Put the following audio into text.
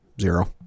zero